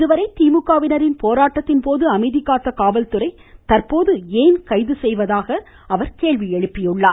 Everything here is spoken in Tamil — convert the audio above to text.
இதுவரை திமுகவினரின் போராட்டத்தின்போது அமைதிகாத்த காவல்துறை தற்போது ஏன் கைது செய்வதாகவும் கேள்விஎழுப்பியுள்ளார்